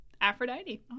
Aphrodite